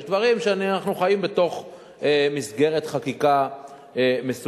ויש דברים שלגביהם אנחנו חיים בתוך מסגרת חקיקה מסוימת.